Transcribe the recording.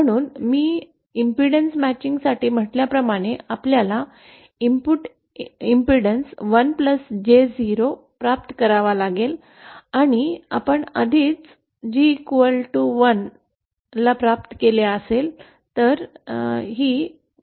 म्हणून मी प्रतिबाधा जुळणीसाठी म्हटल्याप्रमाणे आपल्याला इनपुट प्रतिबाधा 1j0 प्राप्त करावा लागेल आणि आपण आधीच G1 ला प्राप्त केले असेल